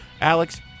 Alex